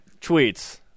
tweets